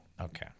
Okay